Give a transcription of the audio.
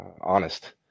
honest